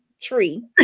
tree